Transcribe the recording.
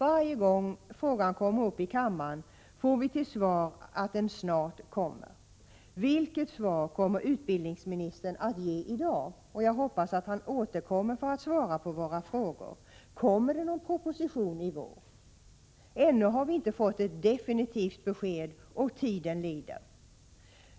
Varje gång frågan kommer upp i kammaren får vi till svar att propositionen snart kommer. Vilket svar kommer utbildningsministern att ge i dag? Jag hoppas att han återkommer för att svara på våra frågor. Kommer propositionen i vår? Ännu har vi inte fått ett definitivt besked, och tiden lider.